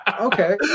Okay